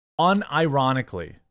unironically